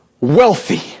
wealthy